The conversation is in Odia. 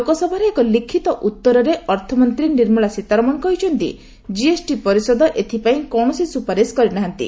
ଲୋକସଭାରେ ଏକ ଲିଖିତ ଉତ୍ତରରେ ଅର୍ଥମନ୍ତ୍ରୀ ନିର୍ମଳା ସୀତାରମଣ କହିଛନ୍ତି ଜିଏସ୍ଟି ପରିଷଦ ଏଥିପାଇଁ କୌଣସି ସୁପାରିଶ କରିନାହାନ୍ତି